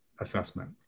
assessment